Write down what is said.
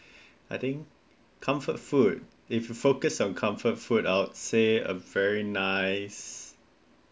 I think comfort food if focus your comfort food I'll say a very nice